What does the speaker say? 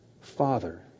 Father